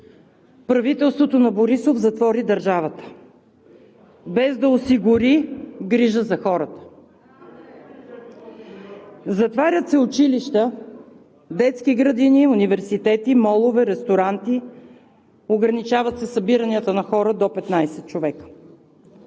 правителството на Борисов затвори държавата, без да осигури грижа за хората. (Реплики от ГЕРБ: „Еее! Да, бе!“) Затварят се училища, детски градини, университети, молове, ресторанти, ограничават се събиранията на хора до 15 човека.